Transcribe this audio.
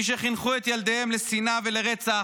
מי שחינכו את ילדיהם לשנאה ולרצח,